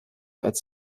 als